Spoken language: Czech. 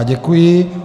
Děkuji.